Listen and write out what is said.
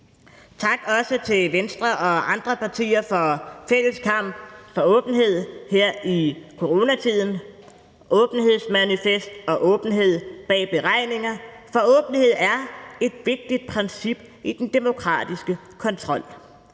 Tak også til Venstre og andre partier for den fælles kamp for åbenhed her i coronatiden, et åbenhedsmanifest og åbenhed bag beregninger, for åbenhed er et vigtigt princip i den demokratiske kontrol.